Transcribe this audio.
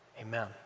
Amen